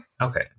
Okay